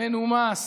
מנומס,